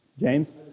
James